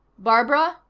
barbara?